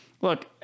look